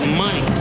money